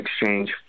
exchange